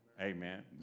Amen